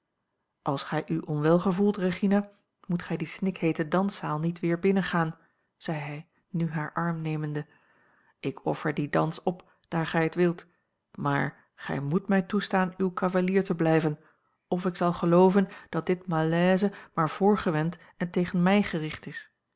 als gij u onwel gevoelt regina moet gij die snikheete danszaal niet weer binnengaan zei hij nu haar arm nemende ik offer dien dans op daar gij het wilt maar gij moet mij toestaan uw cavalier te blijven of ik zal gelooven dat dit malaise maar voorgewend en tegen mij gericht is